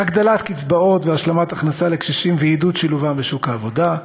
הגדלת קצבאות והשלמת הכנסה לקשישים ועידוד שילובם בשוק העבודה,